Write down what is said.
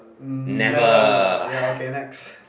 um never yeah okay next